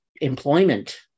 employment